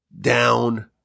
down